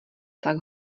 tak